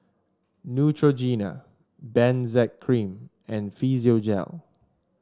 Neutrogena Benzac Cream and Physiogel